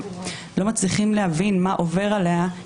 כמה שופטים השתתפו בכל השתלמות בהתאם לכותרות ולפי שנים.